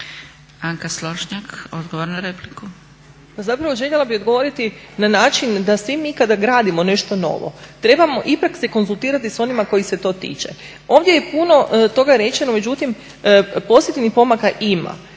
Anka Slonjšak, odgovor na repliku. **Slonjšak, Anka** Pa zapravo, željela bih odgovoriti na način da svi mi kada gradimo nešto novo trebamo ipak se konzultirati sa onima kojih se to tiče. Ovdje je puno toga rečeno, međutim pozitivnih pomaka ima